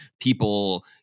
people